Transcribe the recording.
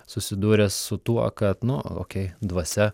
susidūręs su tuo kad nu okei dvasia